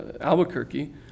Albuquerque